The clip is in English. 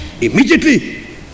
immediately